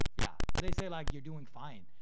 yeah. they say like you're doing fine.